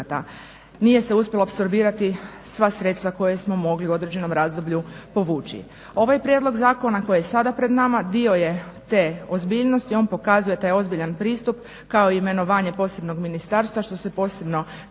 Nije se uspjelo apsorbirati sva sredstva koja smo mogli u određenom razdoblju povući. Ovaj prijedlog zakona koji je sada pred nama dio je te ozbiljnosti, on pokazuje taj ozbiljan pristup kao imenovanje posebnog ministarstva što se posebno